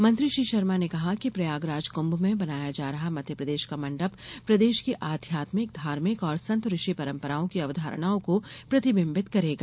मंत्री श्री शर्मा ने कहा कि प्रयागराज कृंभ में बनाया जा रहा मध्यप्रदेश का मण्डप प्रदेश की अध्यात्मिक धार्मिक और संत ऋषि परम्पराओं की अवधारणाओं को प्रतिबिम्बित करेगा